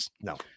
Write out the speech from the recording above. no